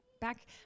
back